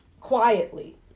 Quietly